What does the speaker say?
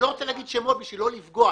אני לא רוצה להגיד שמות כדי לא לפגוע.